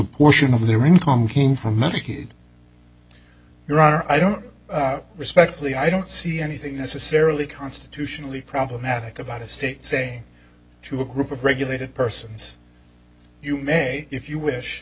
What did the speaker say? portion of their income came for medicaid your honor i don't know respectfully i don't see anything necessarily constitutionally problematic about a state saying to a group of regulated persons you may if you wish